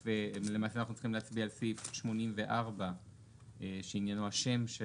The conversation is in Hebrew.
למעשה אנחנו צריכים להצביע על סעיף 84 שעניינו השם של